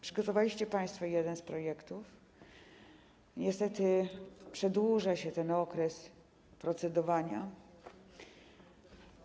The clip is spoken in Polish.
Przygotowaliście państwo jeden z projektów, niestety przedłuża się ten okres procedowania nad nim.